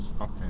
Okay